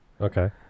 Okay